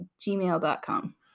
gmail.com